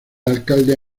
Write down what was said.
alcalde